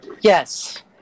Yes